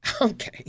okay